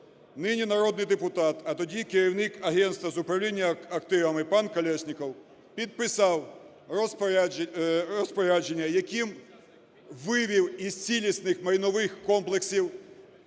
нині народний депутата, а тоді керівник агентства з управління активами пан Колєсніков підписав розпорядження, яким вивів із цілісних майнових комплексів